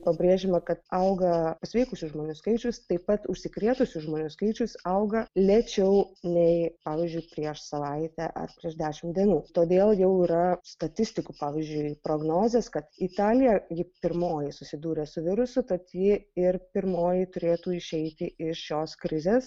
pabrėžiama kad auga pasveikusių žmonių skaičius taip pat užsikrėtusių žmonių skaičius auga lėčiau nei pavyzdžiui prieš savaitę ar prieš dešimt dienų todėl jau yra statistikų pavyzdžiui prognozės kad italija ji pirmoji susidūrė su virusu tad ji ir pirmoji turėtų išeiti iš šios krizės